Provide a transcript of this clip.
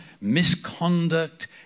misconduct